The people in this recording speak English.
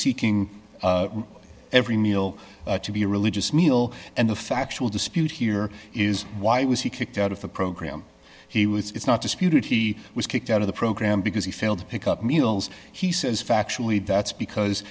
seeking every meal to be a religious meal and the factual dispute here is why was he kicked out of the program he was it's not disputed he was kicked out of the program because he failed to pick up meals he says factually that's because